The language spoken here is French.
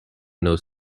nos